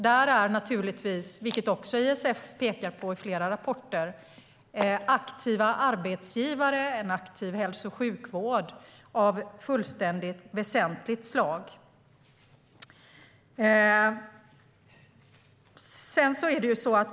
Där är naturligtvis, vilket också ISF pekar på i flera rapporter, aktiva arbetsgivare och en aktiv hälso och sjukvård av fullständigt väsentligt slag.